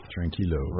Tranquilo